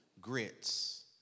grits